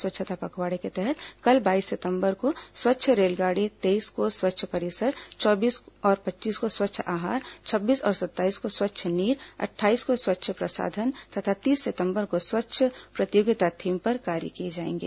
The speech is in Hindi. स्वच्छता पखवाड़े के तहत कल बाईस सितंबर को स्वच्छ रेलगाड़ी तेईस को स्वच्छ परिसर चौबीस और पच्चीस को स्वच्छ आहार छब्बीस और सत्ताईस को स्वच्छ नीर अट्ठाईस को स्वच्छ प्रसाधन तथा तीस सितंबर को स्वच्छ प्रतियोगिता थीम पर कार्य किए जाएंगे